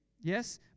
Yes